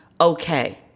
okay